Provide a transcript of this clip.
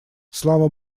слава